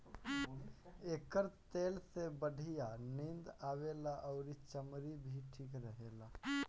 एकर तेल से बढ़िया नींद आवेला अउरी चमड़ी भी ठीक रहेला